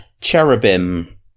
cherubim